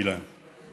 אילן,